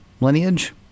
lineage